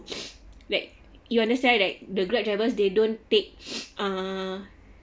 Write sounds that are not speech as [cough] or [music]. [breath] like you understand like the grab drivers they don't take uh